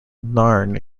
narn